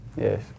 Yes